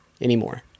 anymore